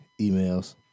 emails